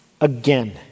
again